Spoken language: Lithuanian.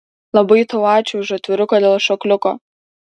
labai tau ačiū už atviruką dėl šokliuko